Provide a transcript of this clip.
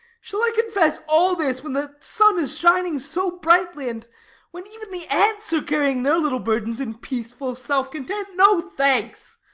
shall i confess all this when the sun is shining so brightly and when even the ants are carrying their little burdens in peaceful self-content? no, thanks.